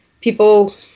people